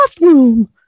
bathroom